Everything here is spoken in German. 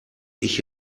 ich